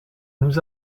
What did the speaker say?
nous